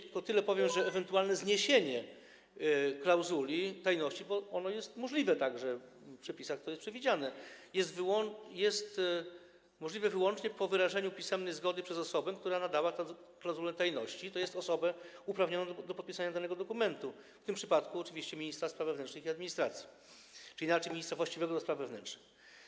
Powiem tylko, że ewentualne zniesienie klauzuli tajności - bo ono jest możliwe, to jest przewidziane w przepisach - jest możliwe wyłącznie po wyrażeniu pisemnej zgody przez osobę, która nadała tę klauzulę tajności, tj. osobę uprawnioną do podpisania danego dokumentu, w tym przypadku oczywiście ministra spraw wewnętrznych i administracji, czy inaczej: ministra właściwego do spraw wewnętrznych.